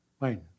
mind